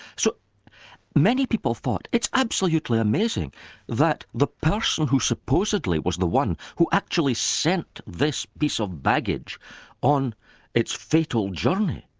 so many people thought it's absolutely amazing that the person who supposedly was the one who actually sent this piece of baggage on its fatal journey,